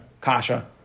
Kasha